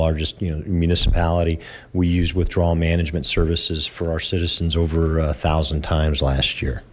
know municipality we used withdrawal management services for our citizens over a thousand times last year